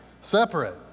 Separate